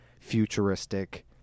futuristic